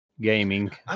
Gaming